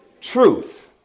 truth